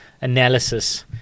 analysis